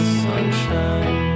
sunshine